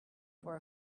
for